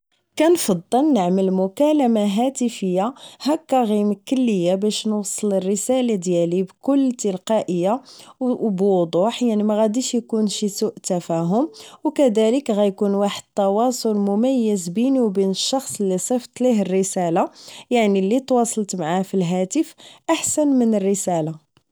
كنفضل نعمل مكالمة هاتفية هكا غيمكن ليا باش نوصل الرسالة ديالي بكل تلقائية و بوضوح يعني ماغديش اكون شي سوء تفاهم و كذالك غيكون واحد التوصل مميز بيني و ين الشخص اللي صيفت ليه الرسالة يعني اللي تواصلت معاه فالهاتف احسن من الرسالة